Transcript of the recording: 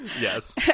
Yes